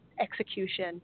execution